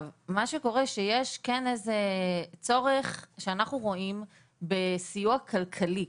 יש צורך שאנחנו רואים בסיוע כלכלי.